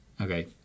Okay